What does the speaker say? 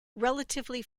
relatively